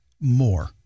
more